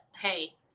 hey